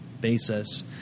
basis